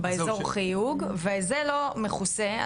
וזה לא מכוסה,